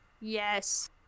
Yes